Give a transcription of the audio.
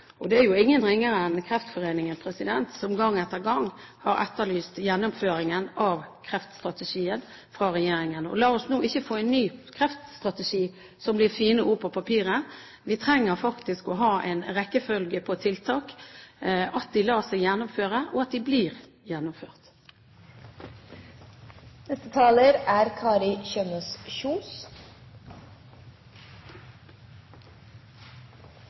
gjelder kreft, har jo regjeringen hatt en kreftstrategi tidligere, og det er ingen ringere enn Kreftforeningen som gang etter gang har etterlyst gjennomføringen av kreftstrategien fra regjeringen. La oss nå ikke få en ny kreftstrategi som blir fine ord på papiret. Vi trenger faktisk å ha en rekkefølge på tiltak, at de lar seg gjennomføre, og at de blir